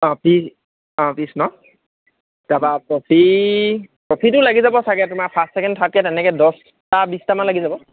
অঁ পি অঁ পিচ ন তাৰ পৰা ট্ৰফি ট্ৰফিটো লাগি যাব চাগে তোমাৰ ফাৰ্ষ্ট ছেকেণ্ড থাৰ্ডকে তেনেকে দছটা বিশটামান লাগি যাব